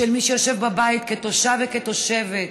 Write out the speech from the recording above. של מי שיושב בבית, כתושב וכתושבת,